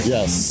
Yes